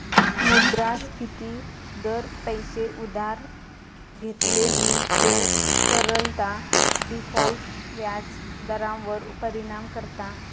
मुद्रास्फिती दर, पैशे उधार घेतलेली वेळ, तरलता, डिफॉल्ट व्याज दरांवर परिणाम करता